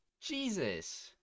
Jesus